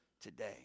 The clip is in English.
today